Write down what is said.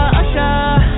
usher